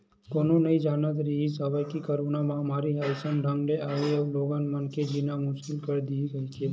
कोनो नइ जानत रिहिस हवय के करोना महामारी ह अइसन ढंग ले आही अउ लोगन मन के जीना मुसकिल कर दिही कहिके